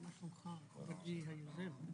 בוקר טוב אנחנו פותחים את ישיבת ועדת העבודה והרווחה,